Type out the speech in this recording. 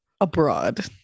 abroad